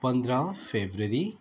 पन्ध्र फेब्रुअरी